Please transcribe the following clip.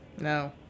No